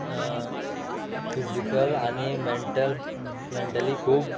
physical आनी mental mentally खूब